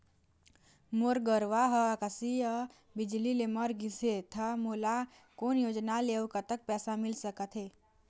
मोर गरवा हा आकसीय बिजली ले मर गिस हे था मोला कोन योजना ले अऊ कतक पैसा मिल सका थे?